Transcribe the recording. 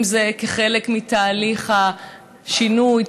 אם זה כחלק מתהליך השינוי,